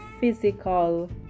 physical